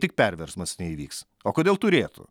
tik perversmas neįvyks o kodėl turėtų